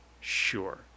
Sure